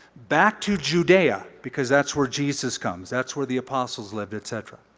back to judea because that's where jesus comes, that's where the apostles lived, et cetera.